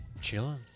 Chilling